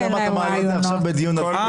למה אתה מעלה את זה בדיון על --- אהה,